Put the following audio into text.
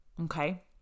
okay